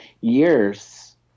years